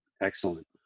Excellent